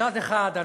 מצד אחד,